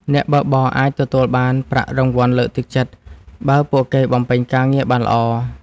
អ្នកបើកបរអាចទទួលបានប្រាក់រង្វាន់លើកទឹកចិត្ត បើពួកគេបំពេញការងារបានល្អ។